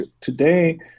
today